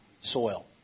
soil